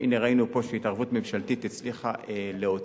והנה ראינו פה שהתערבות ממשלתית הצליחה להוציא,